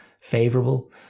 favorable